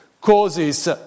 causes